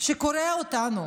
שקורע אותנו,